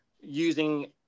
using